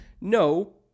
no